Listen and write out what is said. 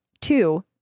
Two